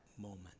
moment